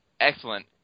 excellent